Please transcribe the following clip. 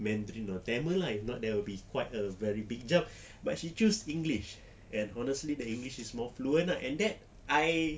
mandarin or tamil lah if not there will be quite a very big job but she choose english and honestly the english is more fluent ah and then I